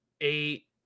eight